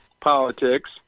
politics